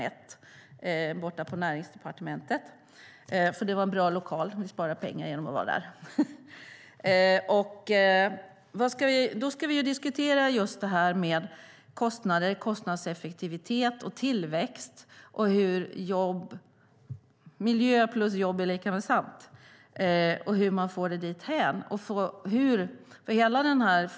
1 på Näringsdepartementet. Det är en bra lokal, och vi sparar pengar genom att vara där. Då ska vi diskutera frågor om kostnadseffektivitet, tillväxt och hur miljö plus jobb är lika med sant. Frågan är hur vi kommer dithän.